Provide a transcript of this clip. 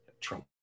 Trump